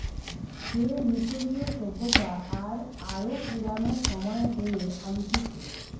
সে মিশরীয় সভ্যতা আর আরো পুরানো সময়ে হয়ে আনতিছে